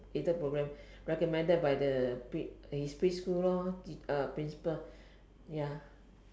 aided program recommended by the his preschool lor uh principal ya